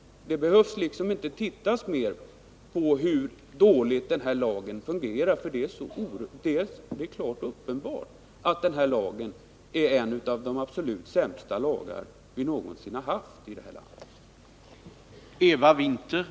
Man behöver inte mer undersöka hur den här lagen fungerar, eftersom den är en av de absolut sämsta som vi någonsin har haft i det här landet.